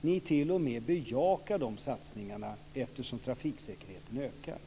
Ni t.o.m. bejakar de satsningarna eftersom trafiksäkerheten ökar.